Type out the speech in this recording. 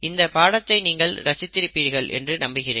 இந்த பாடத்தை நீங்கள் ரசித்திருப்பீர்கள் என்று நம்புகிறேன்